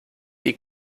die